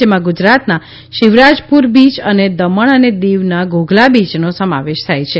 જેમાં ગુજરાતના શિવરાજપુર બીચ દમણ અને દીવના ઘોઘલા બીચનો સમાવેશ થાય છે